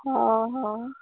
ଓ ହ